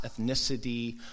ethnicity